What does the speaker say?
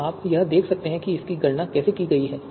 तो आप यहां देख सकते हैं कि इसकी गणना कैसे की गई है